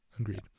Agreed